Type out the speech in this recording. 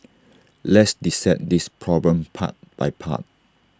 let's dissect this problem part by part